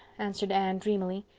answered anne dreamily.